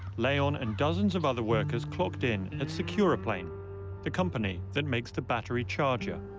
leon and dozens of other workers clocked in at securaplane the company that makes the battery charger.